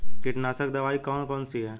कीटनाशक दवाई कौन कौन सी हैं?